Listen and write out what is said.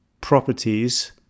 properties